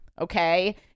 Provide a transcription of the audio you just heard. okay